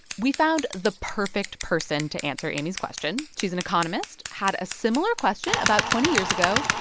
we found the perfect person to answer amy's question. she's an economist, had a similar question about twenty years ago,